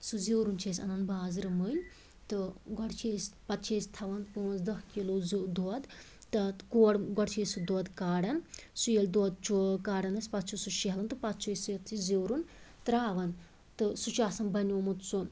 سُہ زیٛورُن چھِ أسۍ انان بازرٕ مٔلۍ تہٕ گۄڈٕ چھِ أسۍ پَتہٕ چھِ أسۍ تھاوان پانٛژھ دَہ کلوٗ دۄدھ تہٕ کوڑ گۄڈٕ چھِ أسۍ سُہ دۄدھ کاران سُہ ییٚلہِ دۄدھ چھِ کاران أسۍ پَتہٕ چھُ سُہ شیٚہلان تہٕ پَتہٕ چھ أسۍ اتھ یہِ زیٛورُن ترٛاوان تہٕ سُہ چھُ آسان بَنیٛومُت سُہ